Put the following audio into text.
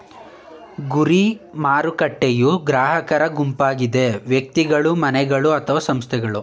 ಗುರಿ ಮಾರುಕಟ್ಟೆಯೂ ಗ್ರಾಹಕರ ಗುಂಪಾಗಿದೆ ವ್ಯಕ್ತಿಗಳು, ಮನೆಗಳು ಅಥವಾ ಸಂಸ್ಥೆಗಳು